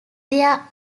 there